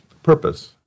Purpose